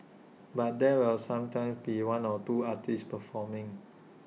but there will sometimes be one or two artists performing